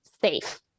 safe